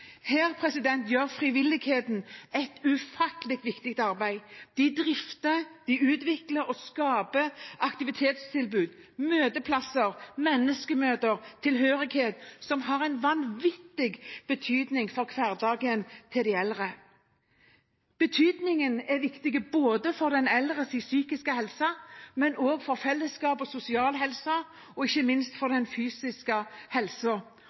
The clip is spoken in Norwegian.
Her gjør frivilligheten et ufattelig viktig arbeid. De drifter, utvikler og skaper aktivitetstilbud, møteplasser, menneskemøter og tilhørighet som har en vanvittig betydning for hverdagen til de eldre. Den betydningen er viktig for de eldres psykiske helse, men også for fellesskapet og sosial helse og ikke minst for